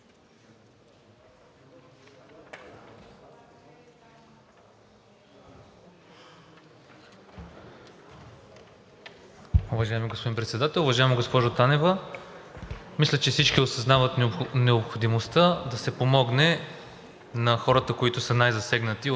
Уважаеми господин Председател! Уважаема госпожо Танева, мисля, че всички осъзнават необходимостта да се помогне на хората, които са най засегнати от